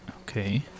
okay